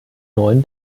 neuen